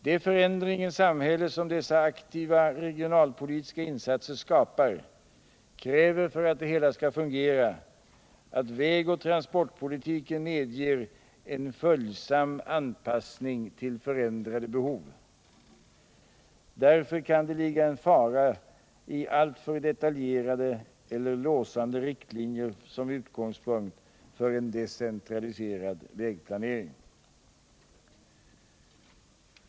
Det förändringens samhälle som dessa aktiva insatser skapar kräver — för att det skall fungera — att vägoch transportpolitiken medger en följsam anpassning till förändrade behov. Därför kan det ligga en fara i alltför detaljerade eller låsande riktlinjer som utgångspunkt för en decentraliserad vägplanering.